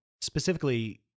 Specifically